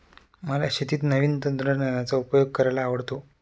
मला शेतीत नवीन तंत्रज्ञानाचा उपयोग करायला आवडतो